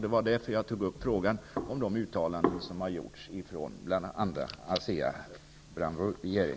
Det var därför jag tog upp frågan, om de uttalanden som har gjorts av bl.a. ASEA Brown